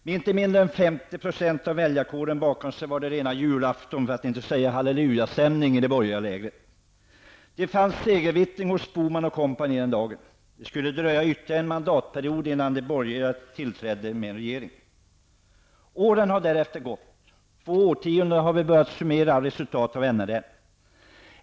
Med inte mindre än 50 % av väljarkåren bakom sig hade man rena julafton, för att inte säga hallelujastämning, i det borgerliga lägret. Det fanns segervittring hos Bohman och kompani den dagen. Det skulle dröja ytterligare en valperiod innan en borgerlig regering tillträdde. Åren har gått, och efter två årtionden kan vi börja summera resultaten av NRL.